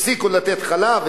הפסיקו לתת חלב?